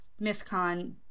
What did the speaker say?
MythCon